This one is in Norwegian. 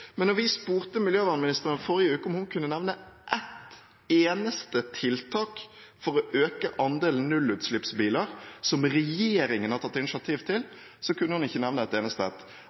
vi forrige uke spurte miljøvernministeren om hun kunne nevne ett eneste tiltak for å øke andelen nullutslippsbiler som regjeringen har tatt initiativ til, kunne hun ikke nevne et eneste